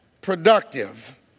productive